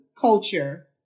culture